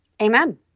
amen